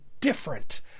different